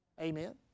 Amen